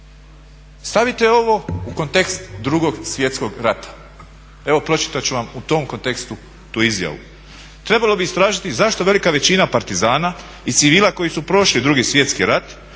Stavite ovo u kontekst Drugog svjetskog rata. Evo pročitat ću vam u tom kontekstu tu izjavu. "Trebalo bi istražiti zašto velika većina partizana i civila koji su prošli Drugi svjetski rat